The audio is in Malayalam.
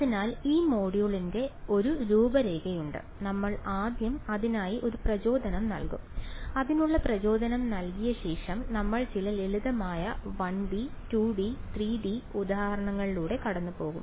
അതിനാൽ ഈ മൊഡ്യൂളിന്റെ ഒരു രൂപരേഖയുണ്ട് നമ്മൾ ആദ്യം അതിനായി ഒരു പ്രചോദനം നൽകും അതിനുള്ള പ്രചോദനം നൽകിയ ശേഷം നമ്മൾ ചില ലളിതമായ 1D 2D 3D ഉദാഹരണങ്ങളിലൂടെ കടന്നുപോകും